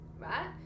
right